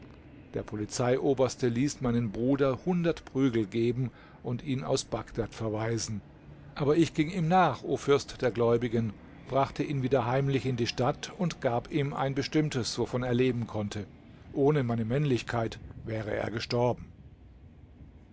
der polizeioberste ließ meinem bruder hundert prügel geben und ihn aus bagdad verweisen aber ich ging ihm nach o fürst der gläubigen brachte ihn wieder heimlich in die stadt und gab ihm ein bestimmtes wovon er leben konnte ohne meine männlichkeit wäre er gestorben